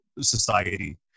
society